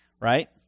right